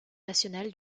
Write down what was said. national